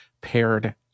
paired